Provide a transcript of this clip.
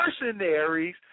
mercenaries